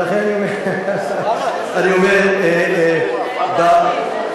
למה כולם מחבקים אותה?